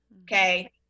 okay